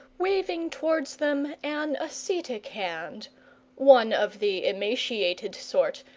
waving towards them an ascetic hand one of the emaciated sort,